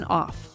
off